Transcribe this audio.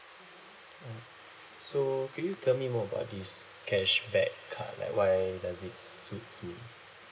mm so can you tell me more about this cashback card like why does it suits me